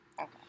Okay